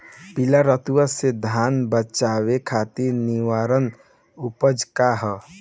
पीला रतुआ से धान बचावे खातिर निवारक उपाय का ह?